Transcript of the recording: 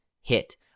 hit